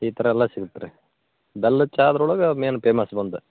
ಈ ಥರ ಎಲ್ಲ ಸಿಗತ್ತೆ ರೀ ಬೆಲ್ಲದ ಚಾದ್ರೊಳಗ ಮೇನ್ ಪೇಮಸ್ ಬಂದು